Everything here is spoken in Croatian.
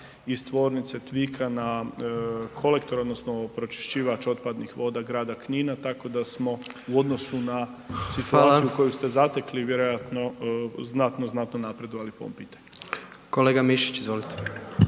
iz tvornice TVIK-a na kolektor odnosno pročišćivač otpadnih voda grada Knina, tako da smo u odnosu na …/Upadica: Hvala/…situaciju koju ste zatekli vjerojatno znatno, znatno napredovali po ovom pitanju. **Jandroković, Gordan